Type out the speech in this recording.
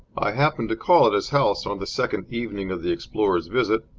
i happened to call at his house on the second evening of the explorer's visit,